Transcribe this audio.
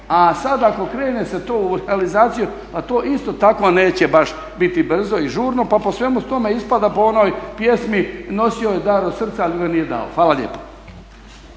a sad ako krene se to u realizaciju pa to isto tako neće baš biti brzo i žurno pa po svemu tome ispada po onoj pjesmi nosio je dar od srca ali joj nije dao. Hvala lijepo.